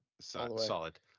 Solid